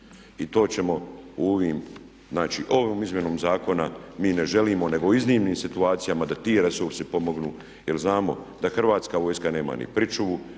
i to ćemo u ovim, znači ovom izmjenom zakona mi ne želimo nego u iznimnim situacijama da ti resursi pomognu. Jer znamo da Hrvatska vojska nema ni pričuvu,